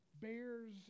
bears